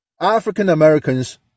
African-Americans